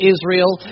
Israel